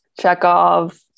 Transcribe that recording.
Chekhov